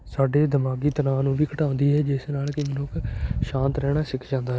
ਸਾਡੇ ਦਿਮਾਗੀ ਤਣਾਉ ਨੂੰ ਵੀ ਘਟਾਉਂਦੀ ਹੈ ਜਿਸ ਨਾਲ ਕਿ ਮਨੁੱਖ ਸ਼ਾਂਤ ਰਹਿਣਾ ਸਿੱਖ ਜਾਂਦਾ